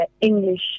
English